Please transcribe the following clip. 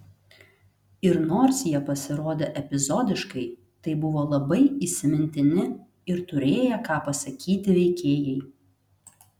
ir nors jie pasirodė epizodiškai tai buvo labai įsimintini ir turėję ką pasakyti veikėjai